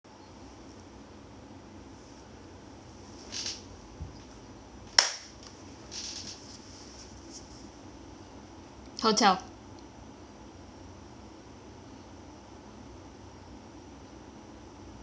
hotel hi lisa ah